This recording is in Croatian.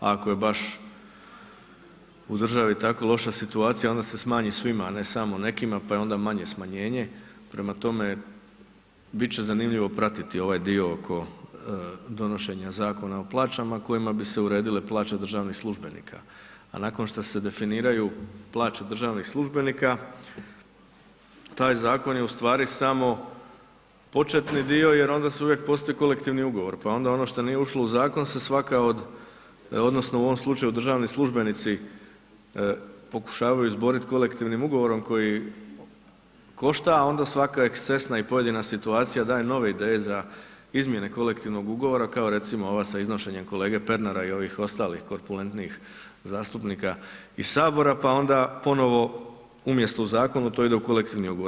Ako je baš u državi tako loša situacija onda se manji svima, a ne samo nekima, pa je onda manje smanjenje, prema tome bit će zanimljivo pratiti ovaj dio oko donošenje Zakona o plaćama kojima bi se uredile plaće državnih službenika, a nakon što se definiraju plaće državnih službenika, taj Zakon je u stvari samo početni dio jer onda uvijek postoji Kolektivni ugovor, pa onda ono što nije ušlo u Zakon se svaka od, odnosno u ovom slučaju državni službenici pokušavaju izboriti Kolektivnim ugovorom koji košta, a onda svaka ekscesna i pojedina situacija daje nove ideje za izmjene Kolektivnog ugovora, kao recimo ova sa iznošenjem kolege Pernara i ovih ostalih korpulentnijih zastupnika iz Sabora, pa onda ponovno umjesto u Zakonu, to ide u Kolektivni ugovor.